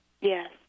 Yes